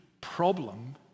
problem